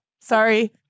Sorry